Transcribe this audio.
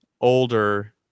older